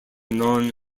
non